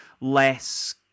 less